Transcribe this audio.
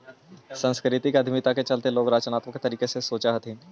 सांस्कृतिक उद्यमिता के चलते लोग रचनात्मक तरीके से सोचअ हथीन